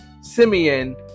Simeon